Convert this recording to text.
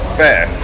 fair